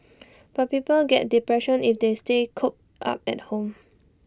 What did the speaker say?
but people get depression if they stay cooped up at home